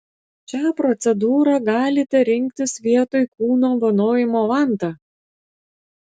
šią procedūrą galite rinktis vietoj kūno vanojimo vanta